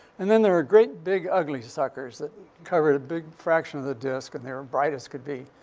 and then there were great, big ugly suckers that covered a big fraction of the disc, and they were bright as could be.